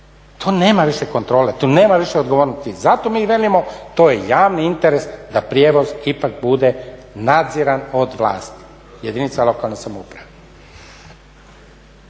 to nema više kontrole, to nema više odgovornosti. Zato mi velimo to je javni interes da prijevoz ipak bude nadziran od vlasti, jedinica lokalne samouprave.